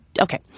okay